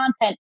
content